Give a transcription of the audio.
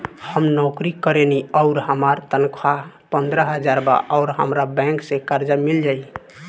हम नौकरी करेनी आउर हमार तनख़ाह पंद्रह हज़ार बा और हमरा बैंक से कर्जा मिल जायी?